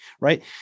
Right